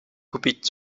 kupić